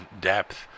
depth